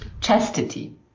chastity